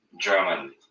German